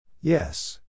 Yes